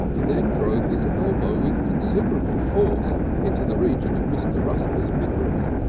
and then drove his elbow with considerable force into the region of mr. rusper's midriff.